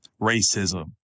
racism